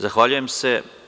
Zahvaljujem se.